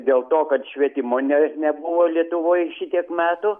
dėl to kad švietimo ne nebuvo lietuvoj šitiek metų